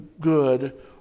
good